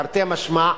תרתי משמע.